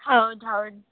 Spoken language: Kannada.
ಹೌದು ಹೌದು